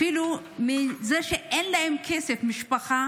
אפילו שאין להם כסף, משפחה